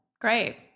great